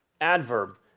adverb